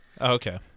okay